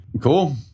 Cool